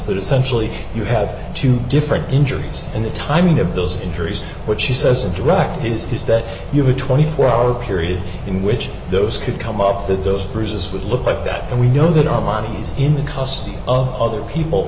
essentially you have two different injuries and the timing of those injuries what she says and direct is that you have a twenty four hour period in which those could come up that those bruises would look like that and we know that our money's in the custody of other people